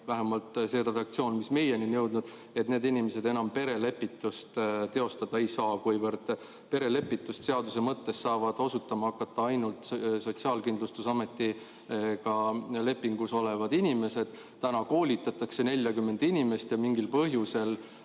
vähemalt selle redaktsiooni järgi, mis meieni on jõudnud, perelepitust teostada ei saa, kuivõrd perelepitusseaduse mõttes saavad [teenust] osutama hakata ainult Sotsiaalkindlustusametiga lepingus olevad inimesed. Täna koolitatakse 40 inimest ja mingil põhjusel